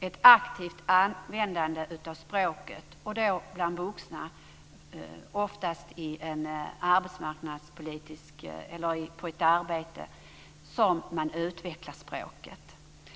ett aktivt användande av språket - bland vuxna oftast på ett arbete - som språkkunskaperna utvecklas.